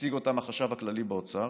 הציג אותם החשב הכללי באוצר: